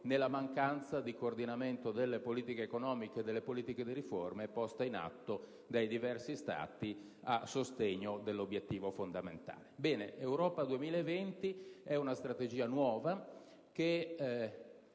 nella mancanza di coordinamento delle politiche economiche e di riforma poste in atto dai diversi Stati a sostegno dell'obiettivo fondamentale. Europa 2020 è una Strategia nuova, che